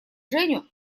женю